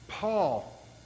Paul